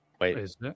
Wait